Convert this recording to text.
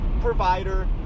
provider